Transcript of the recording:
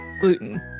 gluten